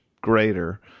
greater